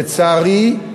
לצערי,